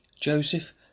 Joseph